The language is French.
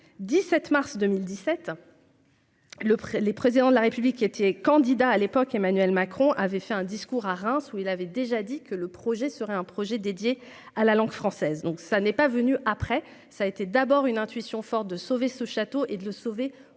17 mars 2017. Le les présidents de la République, il était candidat à l'époque, Emmanuel Macron, avait fait un discours à Reims où il l'avait déjà dit que le projet serait un projet dédié à la langue française, donc ça n'est pas venu après, ça a été d'abord une intuition forte de sauver ce château et de le sauver